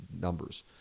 numbers